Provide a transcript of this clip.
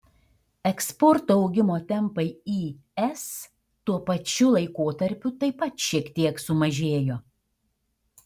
eksporto augimo tempai į es tuo pačiu laikotarpiu taip pat šiek tiek sumažėjo